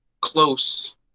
close